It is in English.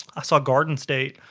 i saw a garden state